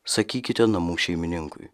sakykite namų šeimininkui